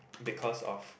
because of